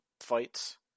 fights